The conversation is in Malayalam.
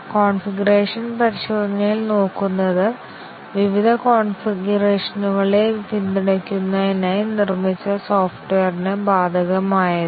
കോൺഫിഗറേഷൻ പരിശോധനയിൽ നോക്കുന്നത് വിവിധ കോൺഫിഗറേഷനുകളെ പിന്തുണയ്ക്കുന്നതിനായി നിർമ്മിച്ച സോഫ്റ്റ്വെയറിന് ബാധകമായത്